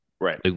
right